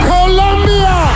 Colombia